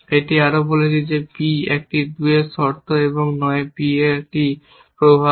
এটি আরও বলছে যে P একটি 2 এর শর্ত এবং নয় P এর জন্য একটি প্রভাব